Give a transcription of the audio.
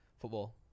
Football